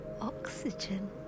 oxygen